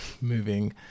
moving